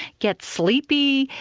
get sleepy,